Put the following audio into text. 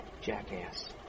jackass